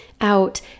out